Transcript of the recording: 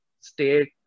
state